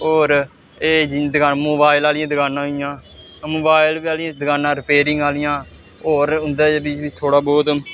होर एह् जियां दकान मोबाइल आहली दकानां होई गेइयां मोबाइल बगैरा दी दकानां रेपेरिंग आह्लियां होर उं'दा बी बिजनेस थोह्ड़ा बहुत